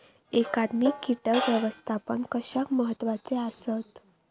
एकात्मिक कीटक व्यवस्थापन कशाक महत्वाचे आसत?